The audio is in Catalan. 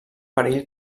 perill